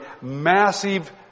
massive